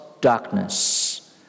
darkness